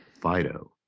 Fido